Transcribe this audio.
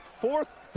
fourth